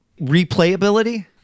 Replayability